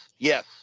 Yes